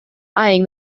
eyeing